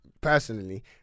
personally